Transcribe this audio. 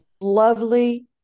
lovely